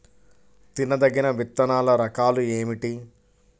తినదగిన విత్తనాల రకాలు ఏమిటి?